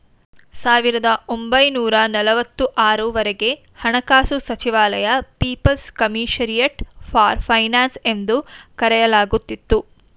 ಸಾವಿರದ ಒಂಬೈನೂರ ನಲವತ್ತು ಆರು ವರೆಗೆ ಹಣಕಾಸು ಸಚಿವಾಲಯ ಪೀಪಲ್ಸ್ ಕಮಿಷರಿಯಟ್ ಫಾರ್ ಫೈನಾನ್ಸ್ ಎಂದು ಕರೆಯಲಾಗುತ್ತಿತ್ತು